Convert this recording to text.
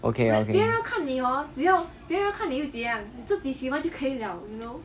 okay okay